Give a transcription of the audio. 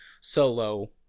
solo